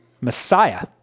Messiah